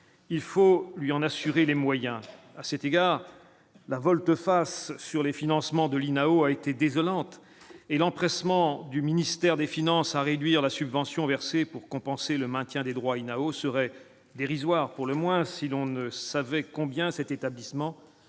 il faut lui en assurer les moyens à cet égard la volte-face sur les financements de l'INAO a été désolante et l'empressement du ministère des Finances à réduire la subvention versée pour compenser le maintien des droits INAO serait dérisoire pour le moins si l'on ne savait combien cet établissement